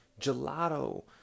gelato